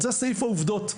זה סעיף העובדות,